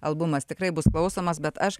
albumas tikrai bus bausdamas bet aš